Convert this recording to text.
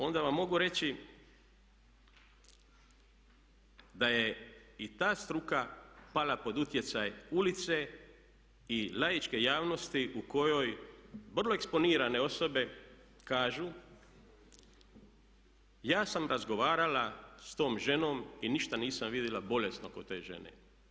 Onda vam mogu reći da je i ta struka pala pod utjecaj ulice i laičke javnosti u kojoj vrlo eksponirane osobe kažu, ja sam razgovarala sa tom ženom i ništa nisam vidjela bolesnog kod te žene.